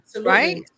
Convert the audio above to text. right